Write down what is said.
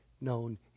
known